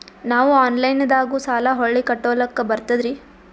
ನಾವು ಆನಲೈನದಾಗು ಸಾಲ ಹೊಳ್ಳಿ ಕಟ್ಕೋಲಕ್ಕ ಬರ್ತದ್ರಿ?